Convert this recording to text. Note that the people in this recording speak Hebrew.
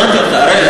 שמעתי אותך, אראל.